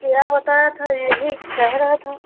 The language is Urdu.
کیا بتایا تھا یہی کہہ رہا تھا